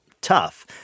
tough